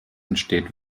entsteht